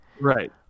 Right